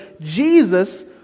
Jesus